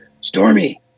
Stormy